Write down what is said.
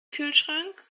kühlschrank